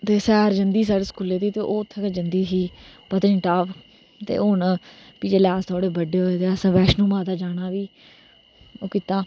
ते सैर जंदी ही साढ़े स्कूले दी ते ओह् उत्थै गै जंदी ही पतनीटाप ते हून जिसलै अस थोह्डे बड्डे होए ते अस बैष्णो देवी जाना ओह् कीता